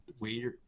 waiter